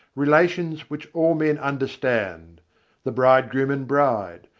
relations which all men understand the bridegroom and bride,